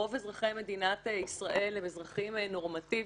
רוב אזרחי מדינת ישראל הם אזרחים נורמטיביים,